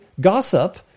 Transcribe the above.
Gossip